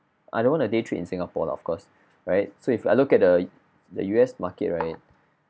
I don't want to day trade in singapore lah of course right so if I look at the the U_S market right